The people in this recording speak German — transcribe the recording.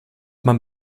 man